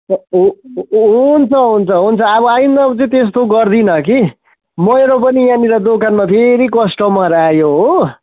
हुन् हुन्छ हुन्छ हुन्छ अब आइँदा त्यस्तो गर्दिनँ कि मेरो पनि यहाँनेर दोकानमा फेरि कस्टमर आयो हो